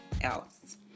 else